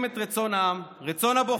פעם אחר פעם אתם מציגים את רצון העם, רצון הבוחר,